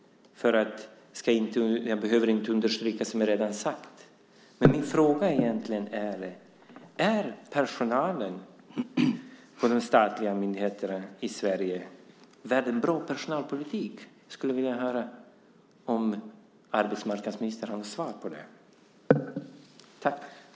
Jag behöver inte understryka det som redan sagts. Men min egentliga fråga är om personalen på statliga myndigheter i Sverige är värd en bra personalpolitik. Jag skulle vilja höra om arbetsmarknadsministern har ett svar på detta.